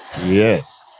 Yes